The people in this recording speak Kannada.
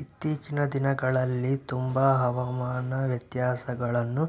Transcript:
ಇತ್ತೇಚಿನ ದಿನಗಳಲ್ಲಿ ತುಂಬಾ ಹವಾಮಾನ ವ್ಯತ್ಯಾಸಗಳನ್ನು